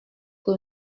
que